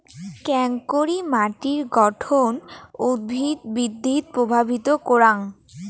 কেঙকরি মাটির গঠন উদ্ভিদ বৃদ্ধিত প্রভাবিত করাং?